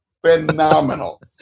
phenomenal